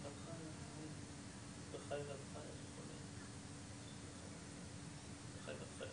התקציבים שיציג לנו בבקשה